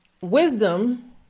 wisdom